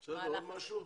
עוד משהו?